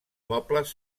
mobles